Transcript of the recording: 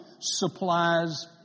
supplies